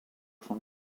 son